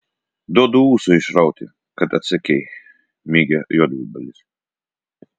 duodu ūsą išrauti kad atsakei mygia juodvabalis